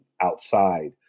outside